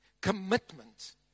Commitment